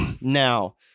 Now